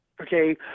okay